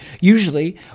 Usually